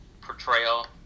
portrayal